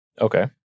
Okay